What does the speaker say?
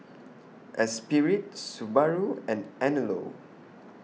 Esprit Subaru and Anello